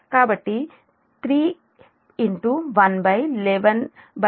కాబట్టి ఇది మీ 11kV బేస్